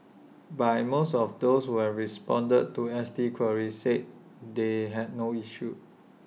by most of those who responded to S T queries said they had no issue